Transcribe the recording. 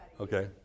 Okay